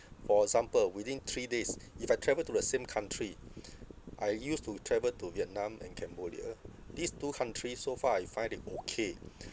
for example within three days if I travel to the same country I used to travel to vietnam and cambodia these two countries so far I find it okay